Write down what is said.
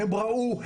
הם ראו,